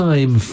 Time